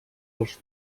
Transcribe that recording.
als